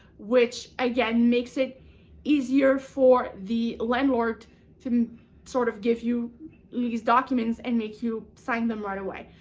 which again makes it easier for the landlord to sort of give you you these documents and make you sign them right away.